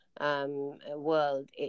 world